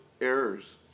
errors